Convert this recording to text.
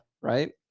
right